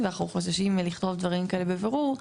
ואנחנו חוששים מלכתוב דברים כאלה בבירור,